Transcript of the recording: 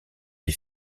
les